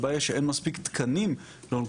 הבעיה שאין מספיק תקנים לאונקולוגים,